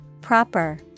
Proper